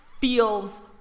feels